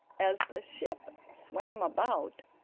as the ship swam about,